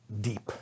deep